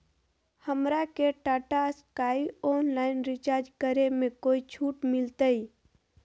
हमरा के Tata Sky online recharge करे में कोई छूट मिलतई